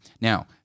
Now